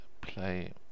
play